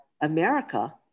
America